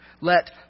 Let